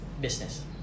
business